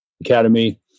Academy